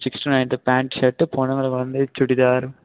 six to ninth pant shirt பொண்ணுகளுக்கு வந்து சுடிதார்